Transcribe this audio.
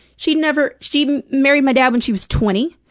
she'd never she married my dad when she was twenty.